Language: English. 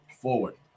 forward